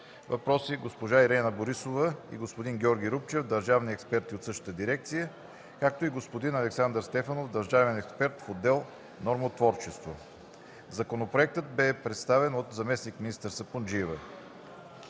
въпроси”, госпожа Ирена Борисова и господин Георги Рупчев – държавни експерти от същата дирекция, както и господин Александър Стефанов, държавен експерт в отдел „Нормотворчество”. Законопроектът бе представен от заместник-министър Сапунджиева.